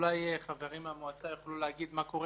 אולי חברים מהמועצה יוכלו להגיד מה קורה